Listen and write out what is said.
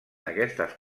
aquestes